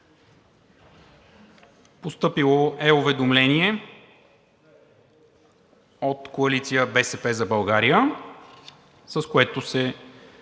Постъпило е уведомление от Коалиция „БСП за България“, с което ни